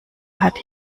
hat